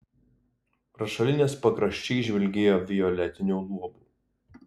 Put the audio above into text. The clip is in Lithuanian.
rašalinės pakraščiai žvilgėjo violetiniu luobu